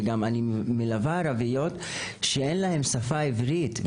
וגם אני מלווה ערביות שאין להן שפה עברית.